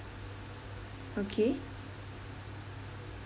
okay